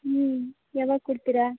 ಹ್ಞೂ ಯಾವಾಗ ಕೊಡ್ತೀರಿ